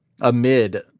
amid